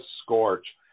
Scorch